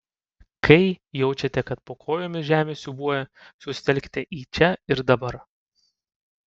kai jaučiate kad po kojomis žemė siūbuoja susitelkite į čia ir dabar